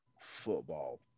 football